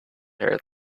here